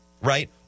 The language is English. right